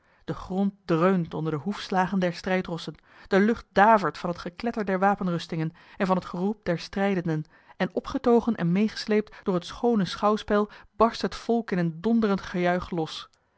de grond dreunt onder de hoefslagen der strijdrossen de lucht davert van het gekletter der wapenrustingen en van het geroep der strijdenden en opgetogen en meêgesleept door het schoone schouwspel barst het volk in een donderend gejuich los